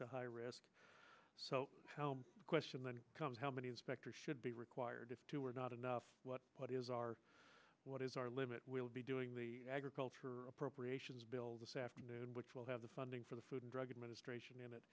to high risk so the question then becomes how many spectra should be required to or not enough what is our what is our limit we'll be doing the agriculture appropriations bill this afternoon which will have the funding for the food and drug administration